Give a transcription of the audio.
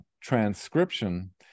transcription